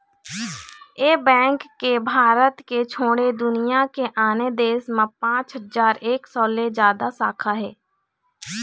ए bank के भारत के छोड़े दुनिया के आने देश म पाँच हजार एक सौ ले जादा शाखा हे